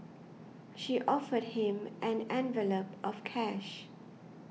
she offered him an envelope of cash